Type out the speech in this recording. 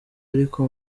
ariko